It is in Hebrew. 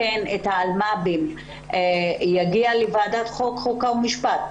את אסירי האלימות יגיע לוועדת חוק חוקה ומשפט,